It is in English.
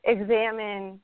Examine